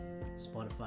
Spotify